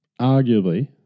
arguably